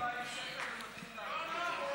וצריך לתת לך רעיונות.